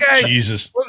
Jesus